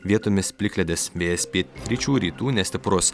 vietomis plikledis vėjas pietryčių rytų nestiprus